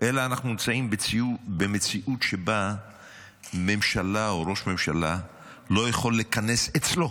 אלא אנחנו נמצאים במציאות שבה ממשלה או ראש ממשלה לא יכול לכנס אצלו